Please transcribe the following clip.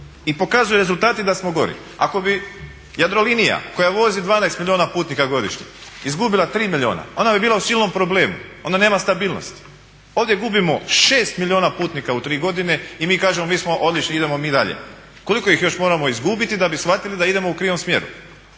I pokazuju rezultati da smo gori. Ako bi Jadrolinija koja vozi 12 milijuna putnika godišnje izgubila 3 milijuna ona bi bila u silnom problemu, onda nema stabilnosti. Ovdje gubimo 6 milijuna putnika u 3 godine i mi kažemo mi smo odlični, idemo mi dalje. Koliko ih još moramo izgubiti da bi shvatili da idemo u krivom smjeru?